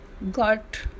got